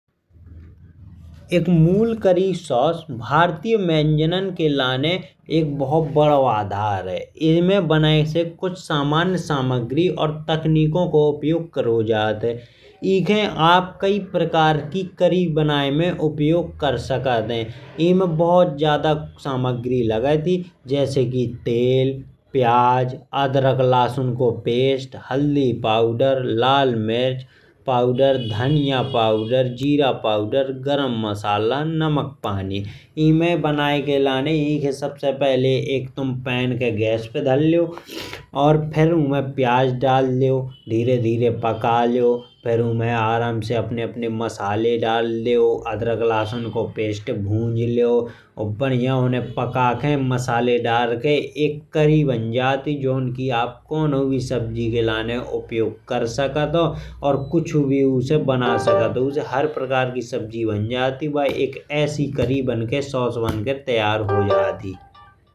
एक मूल curry sauce भारतीय व्यंजनों के लाने एक बहुत बड़ो आधार है। इसको बने के लाने कुछ समान सामग्री और तकनीकों को उपयोग करो जात है। एके आप कई प्रकार की करी बनाए में उपयोग कर सकत है। इन्हे बहुत ज्यादा सामग्री लागत ही जैसे की तेल, प्याज, अदरक, लहसुन को पेस्ट। हल्दी पाउडर, लाल मिर्च पाउडर, धनिया पाउडर, गरम मसाला, जीरा पाउडर, नमक पानी। एके बनाए के लाने सबसे पहले तुम एक पैन खे गैस पर धार लेयो। और फिर उन्हें प्याज डाल देओ फिर धीरे धीरे पका लो। फिर उन्हें आराम से अपने अपने मसाले डाल दो। अदरक लहसुन को पेस्ट भुंजलेओ और बढ़िया उन्हें पका खें मसालेदार खें एक करी बन जात। ही जोन की आप कौन हौ सब्जी के लाने उपयोग कर सकत हो। और कुछ भी उससे बना सकत हो, उससे हर प्रकार की सब्जी बन जात। ही वह एक ऐसी करी एक ऐसी सॉस बनकर तैयार हो जात ही।